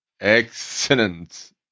Excellent